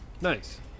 Nice